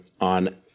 on